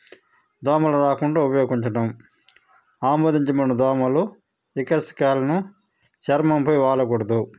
దోమలు రాకుండా ఉపయోగించడం ఆమోదించబడిన దోమలు ఇకస్కాల్ను చర్మంపై వాలకూడదు